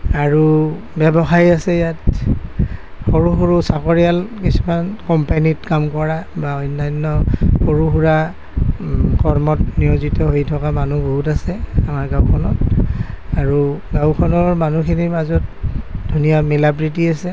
আৰু ব্যৱসায় আছে ইয়াত সৰু সৰু চাকৰিয়াল কিছুমান কোম্পানীত কাম কৰা বা অন্যান্য সৰু সুৰা কৰ্মত নিয়োজিত হৈ থকা মানুহ বহুত আছে আমাৰ গাঁওখনত আৰু গাঁওখনৰ মানুহ খিনিৰ মাজত ধুনীয়া মিলা প্ৰীতি আছে